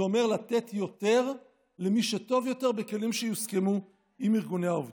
זה אומר לתת יותר למי שטוב יותר בכלים שיוסכמו עם ארגוני העובדים.